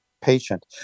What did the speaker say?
patient